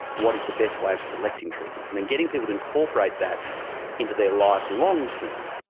what is the best way of selecting treatments. and then getting people to incorporate that into their life long-term.